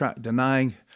denying